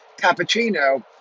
cappuccino